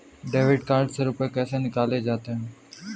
Debit card से रुपये कैसे निकाले जाते हैं?